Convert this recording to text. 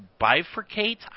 Bifurcate